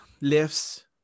lifts